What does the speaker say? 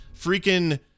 freaking